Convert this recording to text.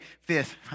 fifth